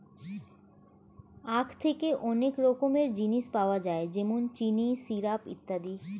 আখ থেকে অনেক রকমের জিনিস পাওয়া যায় যেমন চিনি, সিরাপ ইত্যাদি